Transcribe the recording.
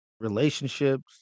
relationships